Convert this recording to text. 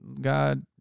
God